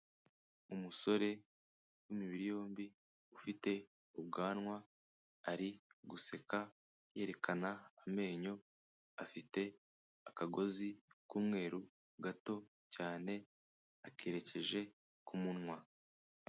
Umusore w'imibiri yombi ufite ubwanwa ari guseka yerekana amenyo, afite akagozi k'umweru gato cyane akerekeje ku munwa.